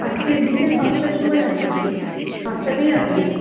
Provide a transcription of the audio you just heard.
আজকের বিকেল পাঁচটার সময় আছে তো পাঁচটাতেই আসবে